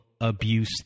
abuse